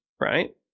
right